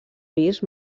vist